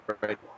right